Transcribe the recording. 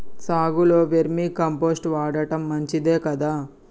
సాగులో vermicompost వాడటం మంచిదే కదా?